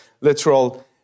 literal